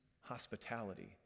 hospitality